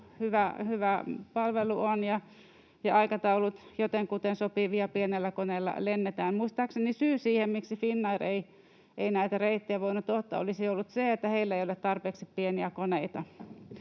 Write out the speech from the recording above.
hyvä palvelu on ja aikataulut jotenkuten sopivia, pienellä koneella lennetään. Muistaakseni syy siihen, miksi Finnair ei näitä reittejä voinut ottaa, olisi ollut se, että heillä ei ole tarpeeksi pieniä koneita.